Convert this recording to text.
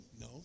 no